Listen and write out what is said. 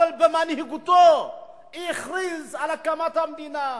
אבל במנהיגותו הכריז על הקמת המדינה.